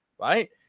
right